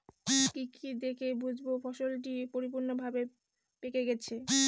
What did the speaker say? কি কি দেখে বুঝব ফসলটি পরিপূর্ণভাবে পেকে গেছে?